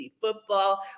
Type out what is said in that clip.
football